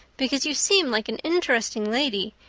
because you seem like an interesting lady,